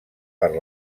per